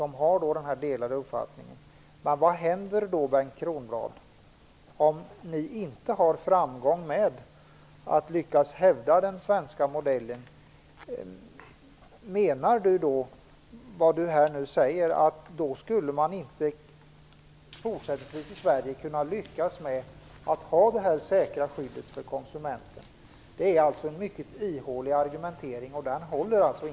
Men vad händer om ni inte har framgång och lyckas hävda den svenska modellen? Skulle man då inte fortsättningsvis kunna ha detta säkra skydd för konsumenten i Sverige? Det är en mycket ihålig argumentering, och den håller inte.